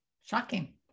Shocking